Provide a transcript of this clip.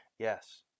Yes